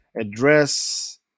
Address